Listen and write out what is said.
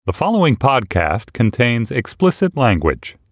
the following podcast contains explicit language